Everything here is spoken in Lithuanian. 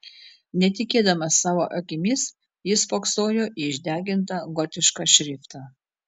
netikėdamas savo akimis jis spoksojo į išdegintą gotišką šriftą